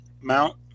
mount